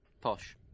Posh